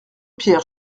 pierre